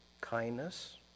kindness